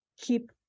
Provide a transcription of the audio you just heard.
keep